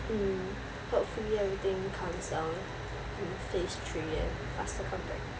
mm hopefully everything calms down and phase three and faster come back